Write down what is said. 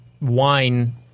Wine